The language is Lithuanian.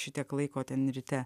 šitiek laiko ten ryte